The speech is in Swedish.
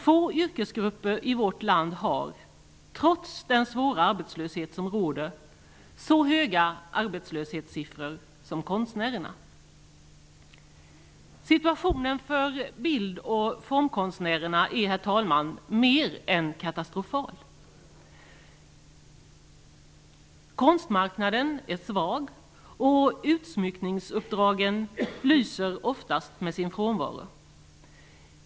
Få yrkesgrupper i vårt land har, trots den svåra arbetslöshet som råder, så höga arbetslöshetssiffror som konstnärerna. Situationen för bild och formkonstnärerna är mer än katastrofal. Konstmarknaden är svag, och utsmyckningsuppdragen lyser oftast med sin frånvaro.